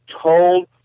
told